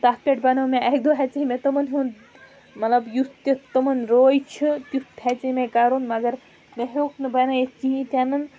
تَتھ پٮ۪ٹھ بَنٲو مےٚ اَکہِ دۄہ ہیٚژے مےٚ تِمَن ہُنٛد مطلب یُتھ تیُتھ تِمَن روے چھُ تیُتھ ہیٚژِے مےٚ کَرُن مگر مےٚ ہیوٚکھ نہٕ بَنٲیِتھ کِہیٖنۍ تہِ نَن